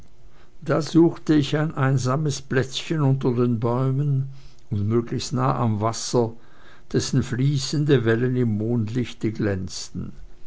da suchte ich ein einsames plätzchen unter den bäumen und möglichst nah am wasser dessen fließende wellen im mondlichte glänzten